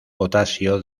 potasio